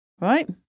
right